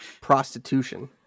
Prostitution